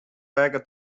rekke